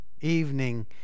evening